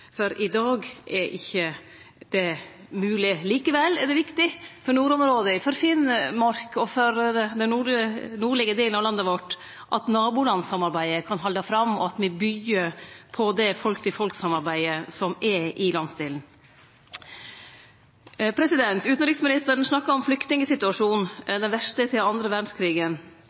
for i dag er ikkje det mogleg. Likevel er det viktig for nordområdet, for Finnmark og den nordlege delen av landet vårt, at nabolandssamarbeidet kan halde fram, og at me byggjer på det folk-til-folk-samarbeidet som er i landsdelen. Utanriksministeren snakka om at flyktningsituasjonen er den verste sidan den andre verdskrigen.